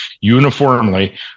uniformly